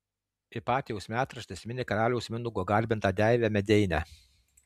ipatijaus metraštis mini karaliaus mindaugo garbintą deivę medeinę